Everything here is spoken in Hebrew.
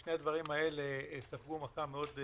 ושני הדברים האלה ספגו מכה קשה מאוד.